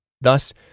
Thus